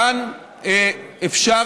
כאן אפשר,